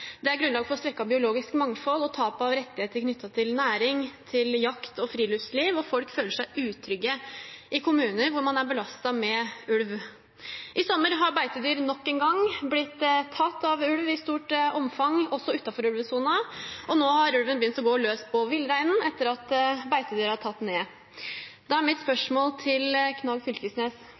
Det er grunnlag for svekket biologisk mangfold og tap av rettigheter knyttet til næring, jakt og friluftsliv, og folk føler seg utrygge i kommuner hvor man er belastet med ulv. I sommer har beitedyr nok en gang blitt tatt av ulv i stort omfang, også utenfor ulvesonen, og nå har ulven begynt å gå løs på villreinen etter at beitedyra er tatt ned. Da er mitt spørsmål til Knag Fylkesnes: